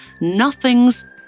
Nothing's